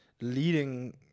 leading